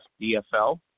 DFL